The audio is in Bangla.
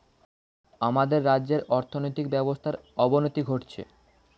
আমাদের রাজ্যের আর্থিক ব্যবস্থার অবনতি ঘটছে